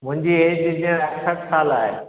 मुंहिंजी एज जीअं अठहठि साल आहे